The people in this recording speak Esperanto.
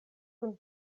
kun